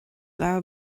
leabhar